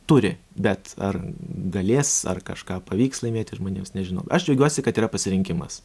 turi bet ar galės ar kažką pavyks laimėti žmonėms nežinau aš džiaugiuosi kad yra pasirinkimas